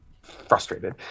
frustrated